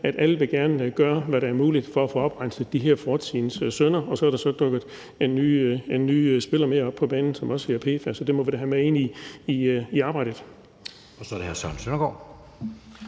at alle gerne vil gøre, hvad der er muligt for at få oprenset de her fortidens synder. Så er der så dukket en ny spiller op på banen, som hedder PFAS, og det må vi da have med ind i arbejdet. Kl. 13:17 Anden næstformand